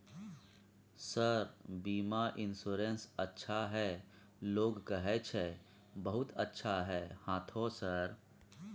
Sir बीमा insurance अच्छा है लोग कहै छै बहुत अच्छा है हाँथो सर?